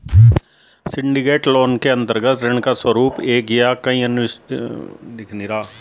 syndicated loan के अंतर्गत ऋण का स्वरूप एक या कई इन्वेस्टमेंट बैंक के द्वारा व्यवस्थित किया जाता है